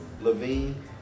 Levine